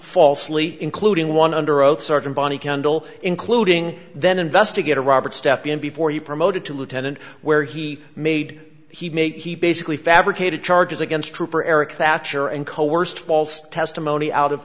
falsely including one under oath sergeant bonnie kendall including then investigator robert step in before he promoted to lieutenant where he made he made he basically fabricated charges against trooper eric that year and coerced false testimony out of